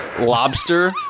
lobster